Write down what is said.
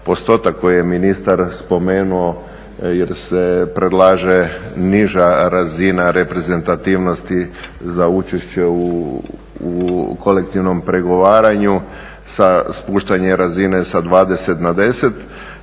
postotak koji je ministar spomenuo jer se predlaže niža razina reprezentativnosti za učešće u kolektivnom pregovaranju sa spuštanje razine sa 20 na 10.